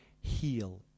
heal